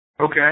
Okay